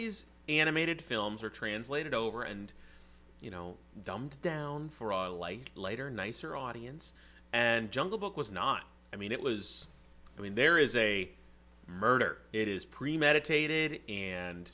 these animated films are translated over and you know dumbed down for a light later nicer audience and jungle book was not i mean it was i mean there is a murder it is premeditated and